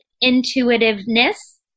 intuitiveness